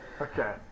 Okay